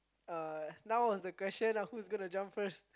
uh now was the question lah who's gonna jump first